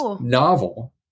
novel